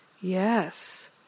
Yes